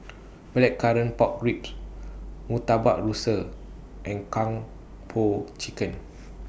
Blackcurrant Pork Ribs Murtabak Rusa and Kung Po Chicken